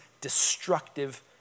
destructive